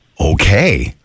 Okay